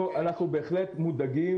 אנחנו בהחלט מודאגים,